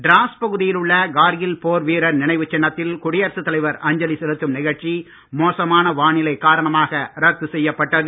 டிராஸ் பகுதியில் உள்ள கார்கில் போர் வீரர் நினைவுச் சின்னத்தில் குடியரசுத் தலைவர் அஞ்சலி செலுத்தும் நிகழ்ச்சி மோசமான வானிலைக் காரணமாக ரத்து செய்யப்பட்டது